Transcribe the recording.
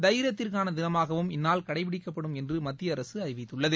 தைரியத்திற்கான தினமாகவும் இந்நாள் கடைப்பிடிக்கப்படும் என்று மத்திய அரசு அறிவித்துள்ளது